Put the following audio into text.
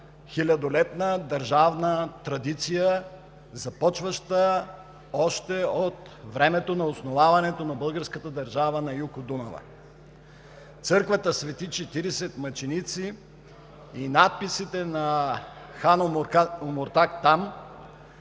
хилядолетна държавна традиция, започваща още от времето на основаването на българската държава на юг от Дунава. Църквата „Свети 40 мъченици“ и надписите на хан Омуртаг там,